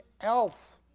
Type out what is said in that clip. else